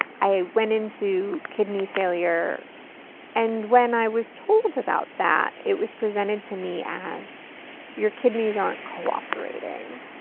i went into kidney failure and when i was told about that, it was presented to me as your kidneys aren't cooperating.